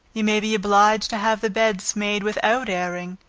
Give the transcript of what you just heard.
you may be obliged to have the beds made without airing,